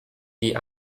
die